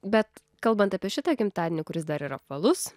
bet kalbant apie šitą gimtadienį kuris dar ir apvalus